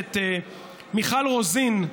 הכנסת מיכל רוזין,